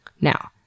Now